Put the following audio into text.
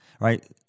right